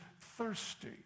thirsty